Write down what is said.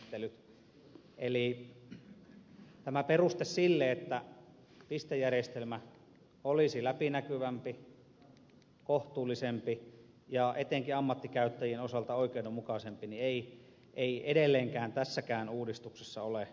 eli tämä peruste sille että pistejärjestelmä olisi läpinäkyvämpi kohtuullisempi ja etenkin ammattikäyttäjien osalta oikeudenmukaisempi ei edelleenkään tässäkään uudistuksessa ole poistunut